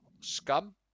Scum